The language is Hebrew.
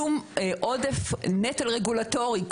שום עודף נטל רגולטורי.